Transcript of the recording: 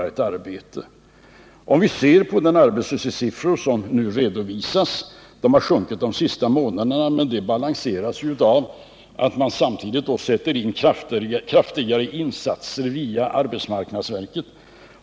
De 15 december 1978 arbetslöshetssiffror som redovisats har sjunkit de senaste månaderna, men detta balanseras av att man samtidigt gör kraftigare insatser via arbetsmarknadsverket.